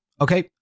okay